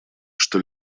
что